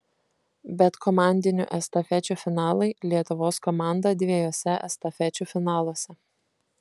bet komandinių estafečių finalai lietuvos komanda dviejuose estafečių finaluose